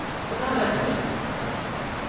but not everybody's celebrating.